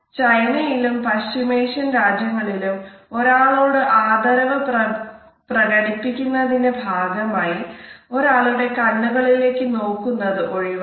ചൈനയിലും പശ്ചിമേഷ്യൻ രാജ്യങ്ങളിലും ഒരാളോട് ആദരവ് പ്രകടിപ്പിക്കുന്നതിന്റെ ഭാഗമായി ഒരാളുടെ കണ്ണുകളിലേക്ക് നോക്കുന്നത് ഒഴിവാക്കുന്നു